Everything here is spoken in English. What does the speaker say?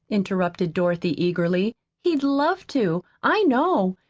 interrupted dorothy eagerly. he'll love to, i know.